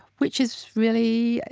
which is really,